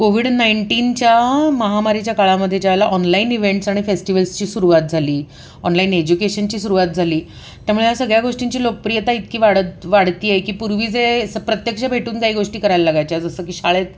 Covid नाईंटीनच्या महामारीच्या काळामधे ज्याला ऑनलाईन इव्हेंट्स आणि फेस्टिवल्सची सुरवात झाली ऑनलाईन एज्युकेशनची सुरुवात झाली त्यामुळे या सगळ्या गोष्टींची लोकप्रियता इतकी वाढत वाढती आहे की पूर्वी जे प्रत्यक्ष भेटून काही गोष्टी करायला लागायच्या जसं की शाळेत